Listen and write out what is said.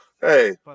Hey